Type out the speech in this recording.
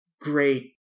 great